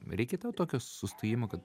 reikia tau tokio sustojimo kad